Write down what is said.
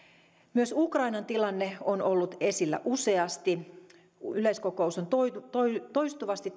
myös ukrainan tilanne on ollut esillä useasti yleiskokous on toistuvasti